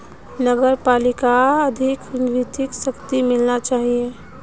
नगर पालिकाक अधिक वित्तीय शक्ति मिलना चाहिए